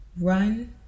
Run